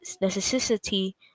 necessity